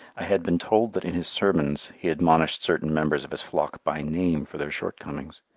i had been told that in his sermons he admonished certain members of his flock by name for their shortcomings.